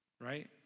right